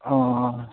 अ